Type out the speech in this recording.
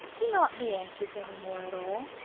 do not be anxious any more at all.